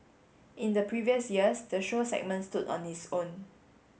in the previous years the show segment stood on its own